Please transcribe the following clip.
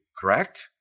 correct